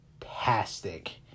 fantastic